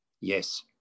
Yes